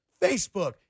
Facebook